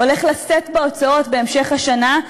הולך לשאת בתוצאות בהמשך השנה,